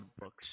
books